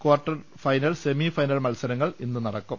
quarter final semi final മത്സരങ്ങൾ ഇന്ന് നടക്കും